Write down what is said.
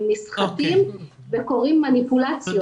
הם נסחטים וקורות מניפולציות.